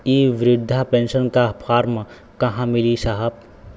इ बृधा पेनसन का फर्म कहाँ मिली साहब?